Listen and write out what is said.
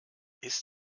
ist